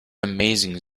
amazing